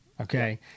Okay